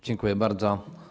Dziękuję bardzo.